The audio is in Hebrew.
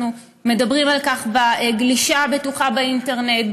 אנחנו מדברים על גלישה בטוחה באינטרנט,